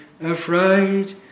afraid